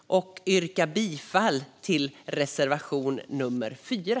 Jag yrkar bifall till reservation 4.